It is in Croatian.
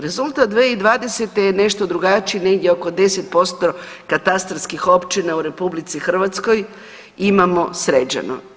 Rezultat 2020. je nešto drugačiji negdje oko 10% katastarskih općina u RH imamo sređeno.